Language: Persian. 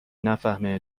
نفهمه